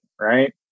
right